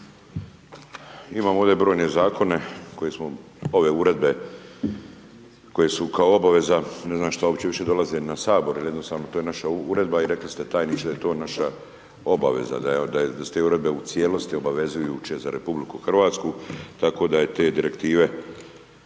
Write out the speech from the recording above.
smo ove uredbe koje su kao obaveza, ne znam što opće više dolaze na sabor jer jednostavno to je naša uredba i rekli ste tajniče da je to naša obaveza, da se te uredbe u cijelosti obavezujuće za RH tako da je te direktive